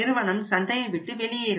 நிறுவனம் சந்தையை விட்டு வெளியேறும்